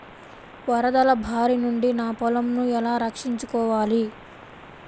వరదల భారి నుండి నా పొలంను ఎలా రక్షించుకోవాలి?